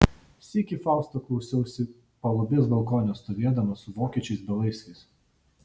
sykį fausto klausiausi palubės balkone stovėdama su vokiečiais belaisviais